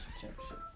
championship